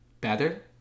better